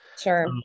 Sure